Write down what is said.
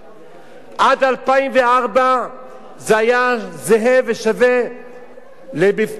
זה היה זהה ושווה למבחני בגרות.